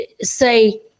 say